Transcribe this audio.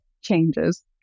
changes